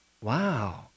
Wow